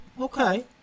okay